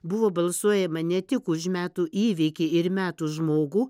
buvo balsuojama ne tik už metų įvykį ir metų žmogų